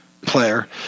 player